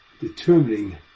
determining